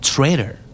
Trader